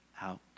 out